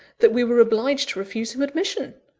that we were obliged to refuse him admission.